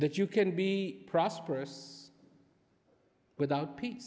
that you can be prosperous without pe